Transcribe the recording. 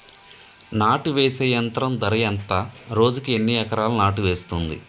నాటు వేసే యంత్రం ధర ఎంత రోజుకి ఎన్ని ఎకరాలు నాటు వేస్తుంది?